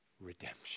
redemption